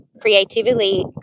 creatively